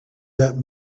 that